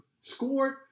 scored